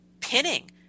pinning